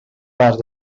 pas